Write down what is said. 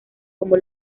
como